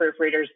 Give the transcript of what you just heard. proofreaders